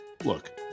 Look